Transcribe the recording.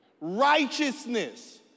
Righteousness